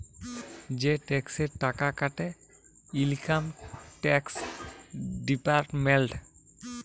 যে টেকসের টাকা কাটে ইলকাম টেকস ডিপার্টমেল্ট